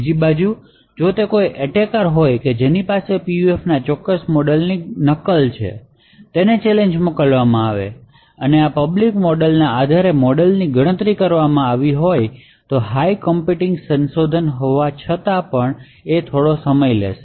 બીજી બાજુ જો તે કોઈ એટેકર હોય જેની પાસે PUF ના આ ચોક્કસ મોડેલની નકલ છે તેને ચેલેંજ મોકલવા અને આ પબ્લિક મોડેલના આધારે મોડેલની ગણતરી કરવામાં હાઇ કમ્પ્યુટિંગ સંસાધનો હોવા છતાં થોડો સમય લેશે